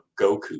Goku